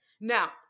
Now